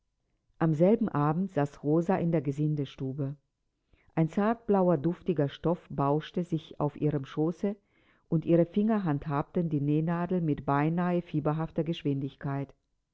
an demselben abende saß rosa in der gesindestube ein zartblauer duftiger stoff bauschte sich auf ihrem schoße und ihre finger handhabten die nähnadel mit beinahe fieberhafter geschwindigkeit